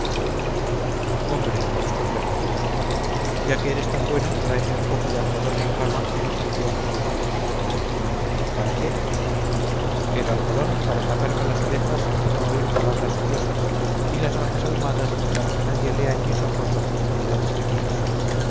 hombre respondió el capitán ya que eres tan bueno tráeme un poco de algodón en rama y unos anteojos ahumados para qué el algodón para taparme las orejas y no oír palabras ociosas y las gafas ahumadas para que nadie lea en mis ojos las atrocidades que pienso